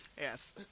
Yes